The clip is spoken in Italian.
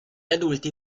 adulti